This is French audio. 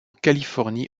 californie